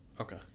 Okay